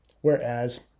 whereas